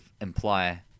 imply